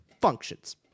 functions